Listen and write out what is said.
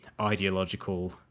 ideological